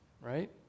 right